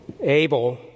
Abel